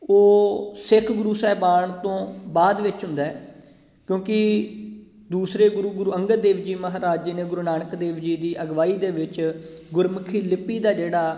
ਉਹ ਸਿੱਖ ਗੁਰੂ ਸਾਹਿਬਾਨ ਤੋਂ ਬਾਅਦ ਵਿੱਚ ਹੁੰਦਾ ਕਿਉਂਕਿ ਦੂਸਰੇ ਗੁਰੂ ਗੁਰੂ ਅੰਗਦ ਦੇਵ ਜੀ ਮਹਾਰਾਜ ਜੀ ਨੇ ਗੁਰੂ ਨਾਨਕ ਦੇਵ ਜੀ ਦੀ ਅਗਵਾਈ ਦੇ ਵਿੱਚ ਗੁਰਮੁਖੀ ਲਿਪੀ ਦਾ ਜਿਹੜਾ